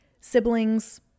siblings